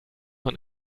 man